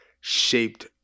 shaped